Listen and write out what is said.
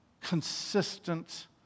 consistent